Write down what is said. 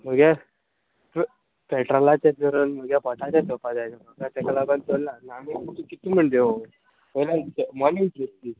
मुगे पे पेट्रोलाचे धरून म्हुगे पोटाचे चोवपा जाय न्हू म्हाका ताका लागून चल्ला ना आमी कित म्हण दिवं वोयल्यान मोदे